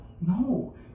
no